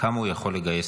כמה חרדים הוא יכול לגייס.